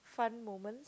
fun moments